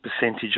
percentage